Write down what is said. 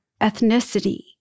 ethnicity